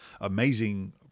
amazing